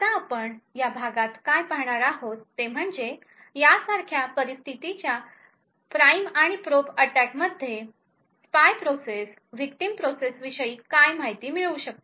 आता आपण या भागात काय पाहणार आहोत ते म्हणजे यासारख्या परिस्थितीच्या प्राइम आणि प्रोब अटॅक मध्ये स्पाय प्रोसेस विक्टिम प्रोसेसविषयी काही माहिती मिळवू शकते